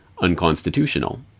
unconstitutional